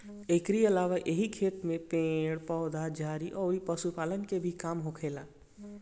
एकरी अलावा एही खेत में पेड़ पौधा, झाड़ी अउरी पशुपालन के भी काम होखेला